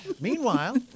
Meanwhile